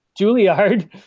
Juilliard